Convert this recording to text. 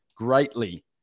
greatly